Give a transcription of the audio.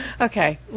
Okay